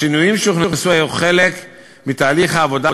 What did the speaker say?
השינויים שהוכנסו היו חלק מתהליך העבודה,